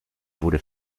wurde